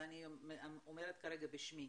ואני אומרת כרגע בשמי,